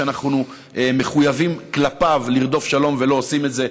שאנחנו מחויבים כלפיו לרדוף שלום ולא עושים את זה.